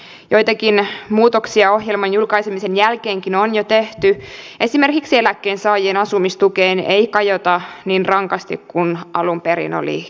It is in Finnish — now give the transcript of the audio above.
joitakin muutoksia ohjelman julkaisemisen jälkeenkin on jo tehty esimerkiksi eläkkeensaajien asumistukeen ei kajota niin rankasti kuin alun perin oli kirjattu